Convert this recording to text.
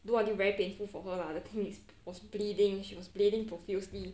do until very painful for her lah the thing is was bleeding she was bleeding profusely